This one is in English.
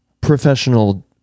professional